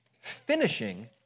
finishing